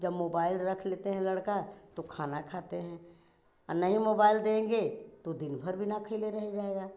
जब मोबाइल रख लेते हैं लड़के तो खाना खाते हैं नहीं मोबाइल देंगे तो दिन भर बिना खइले रहे जाएगा